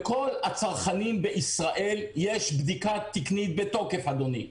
לכל הצרכנים בישראל יש בדיקה תקנית בתוקף, אדוני.